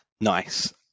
Nice